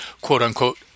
quote-unquote